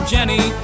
Jenny